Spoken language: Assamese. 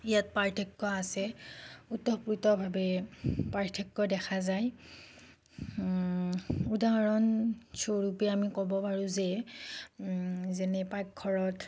ইয়াত পাৰ্থক্য আছে ওতঃপ্ৰোতভাৱে পাৰ্থক্য দেখা যায় উদাহৰণস্বৰূপে আমি ক'ব পাৰোঁ যে যেনে পাকঘৰত